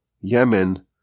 Yemen